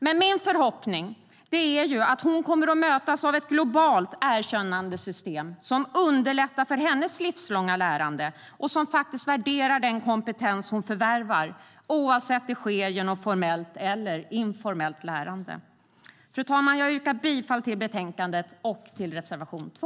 Men min förhoppning är att hon kommer att mötas av ett globalt erkännandesystem som underlättar för hennes livslånga lärande och som värderar den kompetens hon förvärvat, oavsett om det skett genom formellt eller informellt lärande. Fru talman! Jag yrkar bifall till förslaget i betänkandet och till reservation 2.